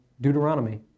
Deuteronomy